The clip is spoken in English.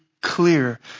clear